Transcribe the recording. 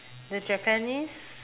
the japanese